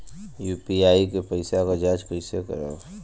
UPI के पैसा क जांच कइसे करब?